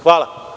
Hvala.